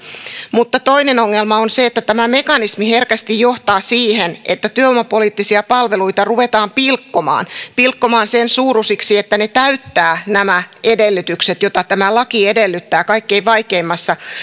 mutta toinen ongelma on se että tämä mekanismi herkästi johtaa siihen että työvoimapoliittisia palveluita ruvetaan pilkkomaan pilkkomaan sen suuruisiksi että ne täyttävät nämä edellytykset joita tämä laki edellyttää kaikkein vaikeimmassa